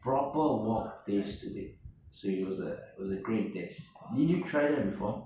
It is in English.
proper wok taste to it so it was it was a great taste did you try that before